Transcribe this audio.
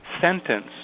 sentence